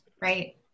right